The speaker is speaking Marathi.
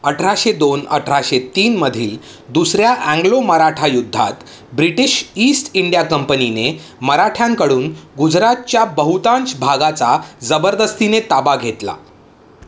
अठराशे दोन अठराशे तीनमधील दुसऱ्या अँग्लो मराठा युद्धात ब्रिटिश ईस्ट इंडिया कंपनीने मराठ्यांकडून गुजरातच्या बहुतांश भागाचा जबरदस्तीने ताबा घेतला